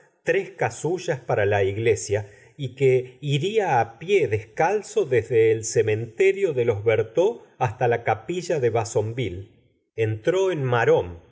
tres casullas para la iglesia y que iría á pie descalzo desde el cementerio de los berteaux hastalacapilla de vassonville entró en